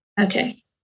Okay